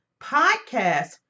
podcast